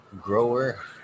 Grower